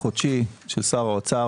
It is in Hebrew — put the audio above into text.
חודשי של שר האוצר,